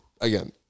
again